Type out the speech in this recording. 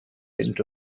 into